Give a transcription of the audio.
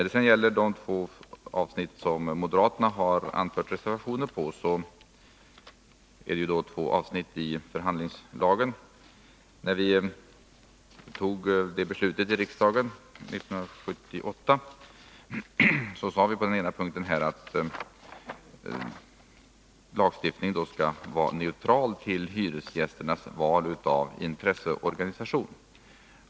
De båda reservationer som moderaterna har avgivit gäller två avsnitt i förhandlingslagen. När vi 1978 fattade beslutet i riksdagen sade vi på den ena punkten att lagstiftningen skall vara neutral till hyresgästernas val av intresseorganisation.